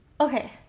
Okay